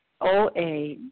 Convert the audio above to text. OA